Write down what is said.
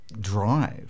drive